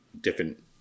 different